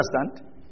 understand